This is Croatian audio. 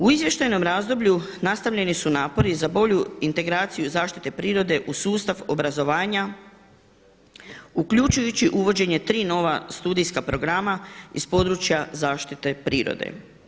U izvještajnom razdoblju nastavljeni su napori za bolju integraciju zaštite prirode u sustav obrazovanja uključujući uvođenje tri nova studijska programa iz područja zaštite prirode.